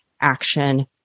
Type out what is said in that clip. action